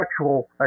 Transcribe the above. actual